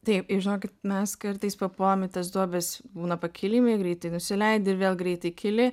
taip ir žinokit mes kartais papuolam į tas duobes būna pakilimai greitai nusileidi ir vėl greitai kyli